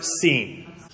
Seen